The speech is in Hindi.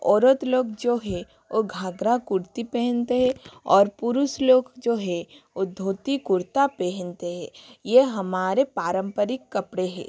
औरत लोग जो हैं वो घाघरा कुर्ती पहनते हैं और पुरुष लोग जो है वो धोती कुर्ता पहनते हैं ये हमारे पारंपरिक कपड़े हैं